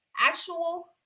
actual